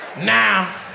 Now